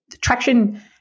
Traction